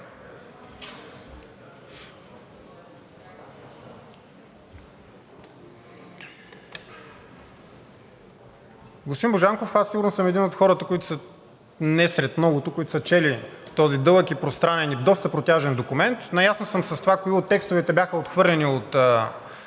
Божанков, аз сигурно съм един от хората, които са не сред многото, които са чели този дълъг, пространен и доста протяжен документ. Наясно съм с това кои от текстовете бяха отхвърлени от